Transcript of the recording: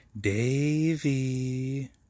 Davy